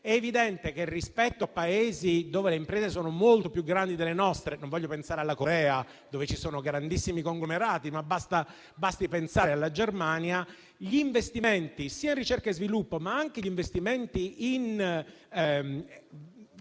È evidente che rispetto a Paesi dove le imprese sono molto più grandi delle nostre (non voglio pensare alla Corea, dove ci sono grandissimi conglomerati, ma basti pensare alla Germania) gli investimenti, sia in ricerca e sviluppo, ma anche nel *setup*